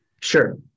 Sure